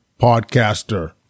podcaster